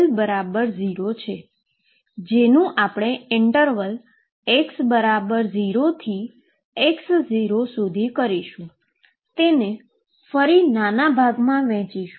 જેનુ આપણે interval x0 થી x0 સુધી કરીશું અને તેને ફરી નાના ભાગમા વહેચશું